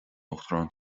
uachtaráin